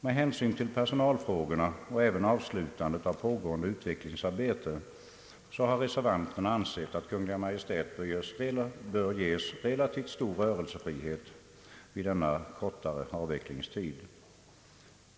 Med hänsyn till personalfrågorna och även avslutandet av pågående utvecklingsarbete har reservanterna ansett att Kungl. Maj:t bör ges relativt stor rörelsefrihet vid denna kortare avvecklingstid.